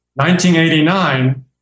1989